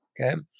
okay